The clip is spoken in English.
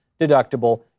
deductible